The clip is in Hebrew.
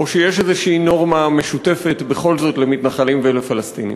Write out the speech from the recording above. או שיש נורמה משותפת כלשהי בכל זאת למתנחלים ולפלסטינים?